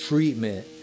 treatment